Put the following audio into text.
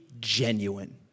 genuine